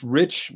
rich